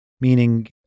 meaning